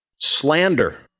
slander